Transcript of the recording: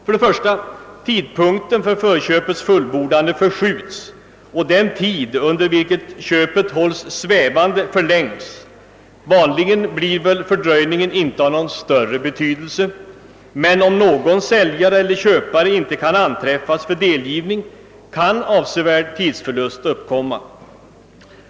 För det första förskjutes tidpunkten för förköpets fullbordande, varigenom den tid under vilken köpet hålles svävande förlänges. Vanligen blir väl fördröjningen inte av någon större betydelse, men om någon säljare eller köpare inte kan anträffas för delgivning kan avsevärd tidsförlust uppstå.